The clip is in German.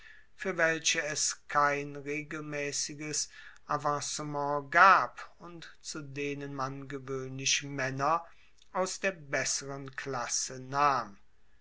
fuer welche es kein regelmaessiges avancement gab und zu denen man gewoehnlich maenner aus der besseren klasse nahm